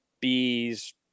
bees